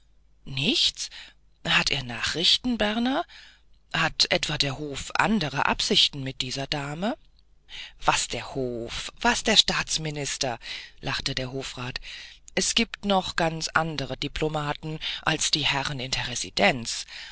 nichts hat er nachrichten berner hat etwa der hof andere absichten mit dieser dame was der hof was der staatsminister lachte der hofrat es gibt noch ganz andere diplomaten als die herren in der